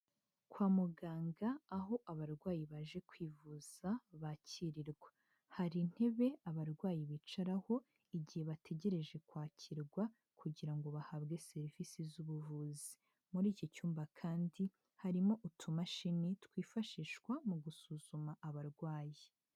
Kwa muganga aho abarwayi baje kwivuza bakirirwa, hari intebe abarwayi bicaraho igihe bategereje kwakirwa kugira ngo bahabwe serivisi z'ubuvuzi, muri iki cyumba kandi harimo utumashini twifashishwa mu gusuzuma abarwayi.